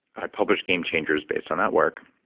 i published game changers based on that work